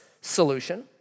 solution